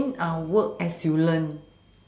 I mean work as you learn